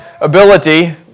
ability